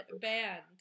band